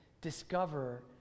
discover